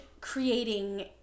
creating